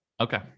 Okay